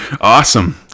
Awesome